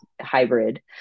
hybrid